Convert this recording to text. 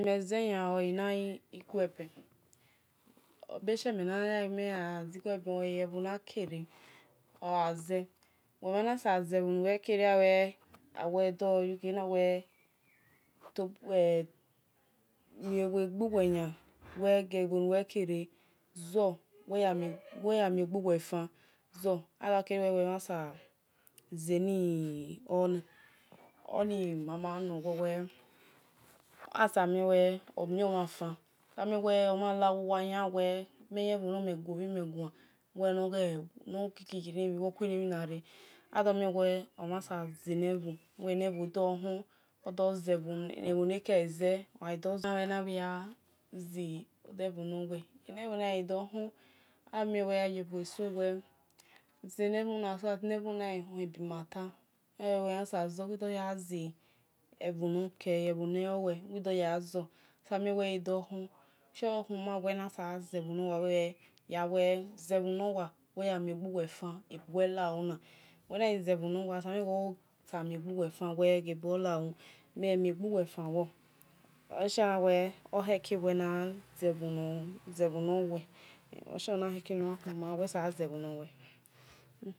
Ebho ri meze yan onie igu eben, ebe ze nime na zi igue ben ole ebhini mekere uwe mhan sabozi ebhonuwe keme awe mhan sabozi ebhonuwekere uwe ado yughe enawe ebho nuwe kere zor nuwe ya mie gbuwe fan aadokere ghe uwe mhan sabo zeni ona osabo mien we omion mhan fan asabor miewe omhan lauwowa owe nime ye bho no mhe gwu bhime guan adomie wee omhan eabor zeni ebhi odozeni enekeleze eni ebho naghi dohen amien we ugbeso, elwazeliebho na so that leni ebhona ghe hi ebima ta uwidogozi ebhonokhele, ebhone lowe uwidoya gha zo osamie we edohon oleshue ohum ana sobo gha ze gbo mhan ebuwe lawo na, uwe nagho zebha nowa ebuwe osamuen uwe osabo miegbuwe fan bhi ebuwe lawo egbuwe fan bhor oleshie ana we okheke we na ghaze bho nowe oleshie aha tamiawe nuwe sagha zebho nowe.